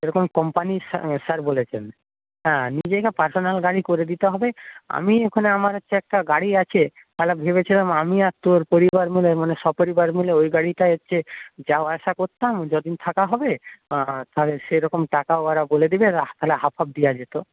এরকম company sir বলেছেন হ্যাঁ নিজেকে পার্সোনাল গাড়ি করে দিতে হবে আমি ওখানে আমার একটা গাড়ি আছে শালা ভেবেছিলাম আমি আর তোর পরিবার মিলে মানে সপরিবার মিলে ওই গাড়িটায় হচ্ছে যাওয়া আসা করতাম যতদিন থাকা হবে তাহলে সেরকম টাকাও ওরা বলে দেবে তাহলে হাফ হাফ দেওয়া যেত